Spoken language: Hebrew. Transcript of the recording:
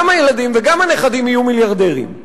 הילדים וגם הנכדים יהיו מיליארדרים?